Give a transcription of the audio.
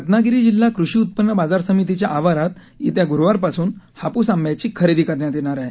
रत्नागिरी जिल्हा कृषी उत्पन्न बाजार समितीच्या आवारात येत्या गुरुवारपासून हापूस आंब्याची खरेदी करण्यात येणार आहे